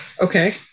Okay